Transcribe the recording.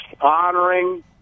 honoring